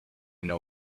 know